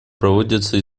проводится